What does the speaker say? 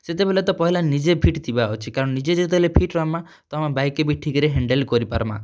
ସେତେବେଲେ ତ ପହେଲା ନିଜେ ଫିଟ୍ ଥିବାର୍ ଅଛେ କାରଣ୍ ନିଜେ ଯେତେବେଲେ ଫିଟ୍ ରହେମା ତ ଆମର୍ ବାଇକ୍କେ ବି ଠିକ୍ରେ ହେଣ୍ଡେଲ୍ କରିପାର୍ମା